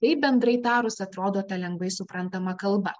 taip bendrai tarus atrodo ta lengvai suprantama kalba